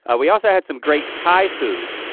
ah we also had some great thai food.